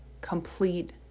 complete